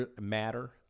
matter